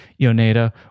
Yoneda